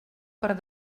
per